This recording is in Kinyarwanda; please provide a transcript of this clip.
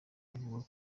avuga